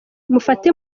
mufate